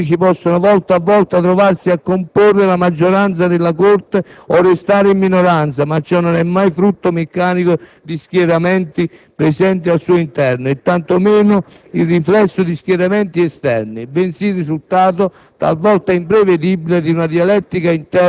«Sulle questioni controverse, i singoli giudici possono volta a volta trovarsi a comporre la maggioranza della Corte o restare in minoranza, ma ciò non è mai frutto meccanico di "schieramenti" presenti al suo interno e, tanto meno, il riflesso di "schieramenti" esterni, bensì il risultato,